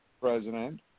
president